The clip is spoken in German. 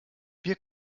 wir